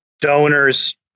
donors